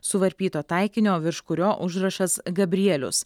suvarpyto taikinio virš kurio užrašas gabrielius